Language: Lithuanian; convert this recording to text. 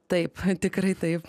taip tikrai taip